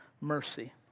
mercy